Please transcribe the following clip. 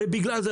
זה בגלל זה.